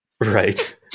Right